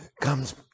comes